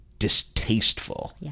distasteful